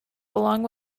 along